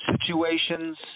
situations